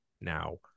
now